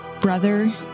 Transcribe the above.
brother